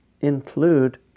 include